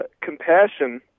compassion